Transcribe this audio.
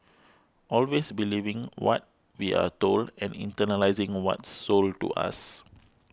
always believing what we are told and internalising what's sold to us